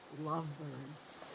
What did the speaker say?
Lovebirds